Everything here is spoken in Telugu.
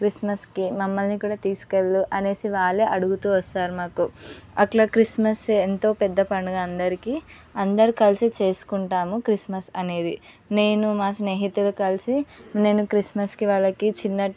క్రిస్మస్కి మమ్మల్ని కూడా తీసుకెళ్ళు అనేసి వాళ్ళే అడుగుతూ వస్తారు మాకు అట్లా క్రిస్మస్ ఎంతో పెద్ద పండుగ అందరికీ అందరు కలిసి చేసుకుంటాము క్రిస్మస్ అనేది నేను మా స్నేహితుడు కలిసి నేను క్రిస్మస్కి వాళ్ళకి చిన్న